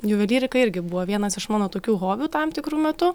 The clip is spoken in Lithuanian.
juvelyrika irgi buvo vienas iš mano tokių hobių tam tikru metu